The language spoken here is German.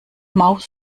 maus